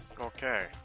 Okay